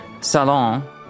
salon